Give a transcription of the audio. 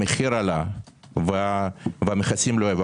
המחיר עלה והמכסים לא ירדו .